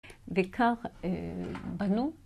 דקה, בנו.